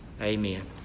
Amen